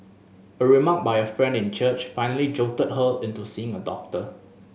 a remark by a friend in church finally jolted her into seeing a doctor